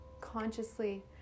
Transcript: consciously